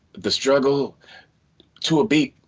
the struggle to ah beat.